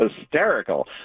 hysterical